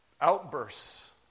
outbursts